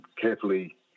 carefully